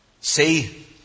See